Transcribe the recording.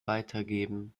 weitergeben